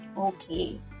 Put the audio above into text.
Okay